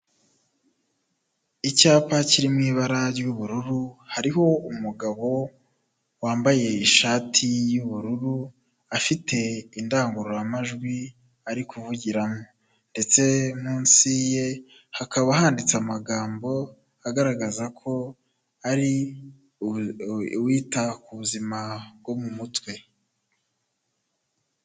Icyapa kiri mu ibara ry'ubururu hariho umugabo wambaye ishati y'ubururu afite indangururamajwi ari kuvugiramo, ndetse munsi ye hakaba handitse amagambo agaragaza ko ari uwita ku buzima bwo mu mutwe.